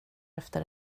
efter